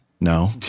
No